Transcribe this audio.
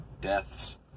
deaths